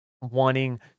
wanting